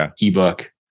ebook